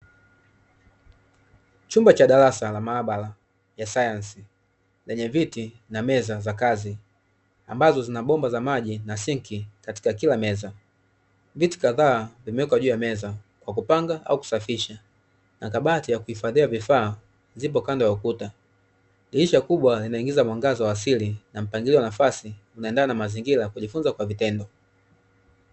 Chumba cha darasa la maabara ya sayansi lenye viti na meza za kazi ambazo zina bomba za maji na sinki katika kila meza, viti kadhaa vimewekwa juu ya meza kwa kupanga au kusafisha na kabati ya kuhifadhia vifaa zipo kando ya ukuta, dirisha kubwa linaingiza mwangaza wa asili na mpangilio wa nafasi unaendana na mazingira kujifunza kwa vitendo.